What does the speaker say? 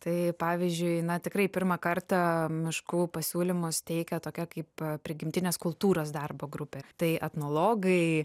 tai pavyzdžiui na tikrai pirmą kartą miškų pasiūlymus teikia tokia kaip prigimtinės kultūros darbo grupė tai etnologai